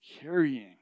carrying